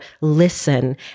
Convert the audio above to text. listen